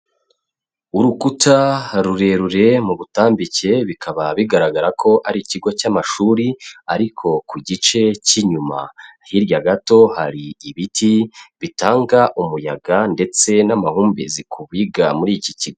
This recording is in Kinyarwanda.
Urukuta rurerure mu butambike, bikaba bigaragara ko ari ikigo cy'amashuri ariko ku gice cy'inyuma, hirya gato hari ibiti bitanga umuyaga ndetse n'amahumbezi ku biga muri iki kigo.